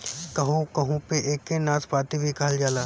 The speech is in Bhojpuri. कहू कहू पे एके नाशपाती भी कहल जाला